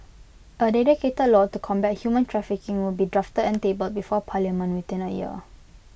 A dedicated law to combat human trafficking will be drafted and tabled before parliament within A year